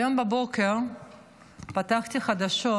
היום בבוקר פתחתי חדשות